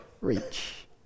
reach